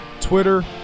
Twitter